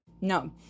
No